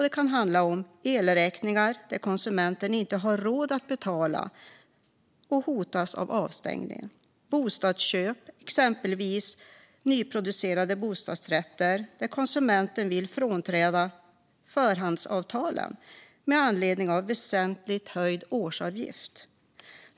Det kan handla om elräkningar; konsumenten har inte råd att betala och hotas av avstängning. En annan orsak är bostadsköp, där det kan handla om exempelvis nyproducerade bostadsrätter och att konsumenter vill frånträda förhandsavtal med anledning av en väsentligt höjd årsavgift.